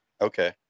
Okay